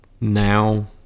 now